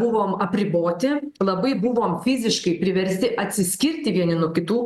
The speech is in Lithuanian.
buvom apriboti labai buvom fiziškai priversti atsiskirti vieni nuo kitų